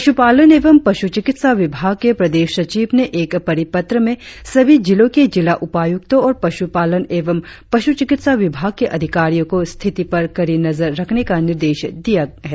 पशुपालन एवं पशु चिकित्सा विभाग के प्रदेश सचिव ने एक परिपत्र में सभी जिलों के जिला उपायुक्तो और पशुपालन एवं पशुचिकित्सा विभाग के अधिकारियो को स्थिति पर कड़ी नजर रखने का निर्देश दिया गया है